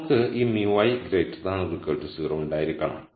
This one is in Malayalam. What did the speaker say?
നമുക്കു ഈ μi 0 ഉണ്ടായിരിക്കണം